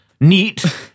neat